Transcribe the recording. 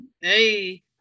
hey